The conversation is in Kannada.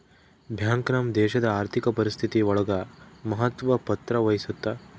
ಬ್ಯಾಂಕ್ ನಮ್ ದೇಶಡ್ ಆರ್ಥಿಕ ಪರಿಸ್ಥಿತಿ ಒಳಗ ಮಹತ್ವ ಪತ್ರ ವಹಿಸುತ್ತಾ